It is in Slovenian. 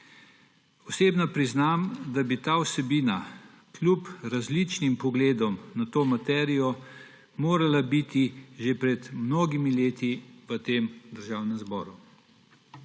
Osebno priznam, da bi ta vsebina kljub različnim pogledom na to materijo morala biti že pred mnogimi leti v tem državnem zboru.